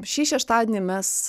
šį šeštadienį mes